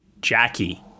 Jackie